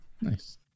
Nice